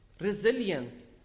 resilient